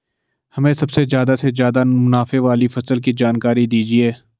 हमें सबसे ज़्यादा से ज़्यादा मुनाफे वाली फसल की जानकारी दीजिए